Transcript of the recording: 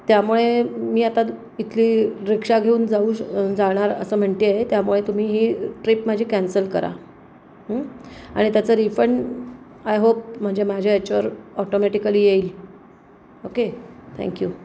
त्यामुळे मी आता इथली रीक्षा घेऊन जाऊ श जाणार असं म्हणते आहे त्यामुळे तुम्ही ही ट्रीप माझी कॅन्सल करा आणि त्याचं रिफंड आय होप म्हणजे माझ्या ह्याच्यावर ऑटोमॅटिकली येईल ओके थँक्यू